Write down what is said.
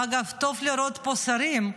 אגב, טוב לראות פה שרים.